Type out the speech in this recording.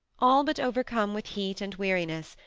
all but overcome with heat and weariness,